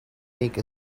make